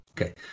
Okay